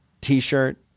t-shirt